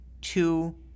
two